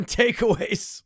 takeaways